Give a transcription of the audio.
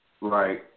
Right